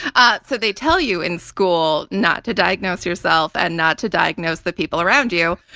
ah so they tell you in school not to diagnose yourself and not to diagnose the people around you,